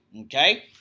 Okay